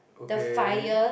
okay